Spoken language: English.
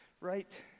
right